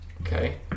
Okay